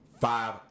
five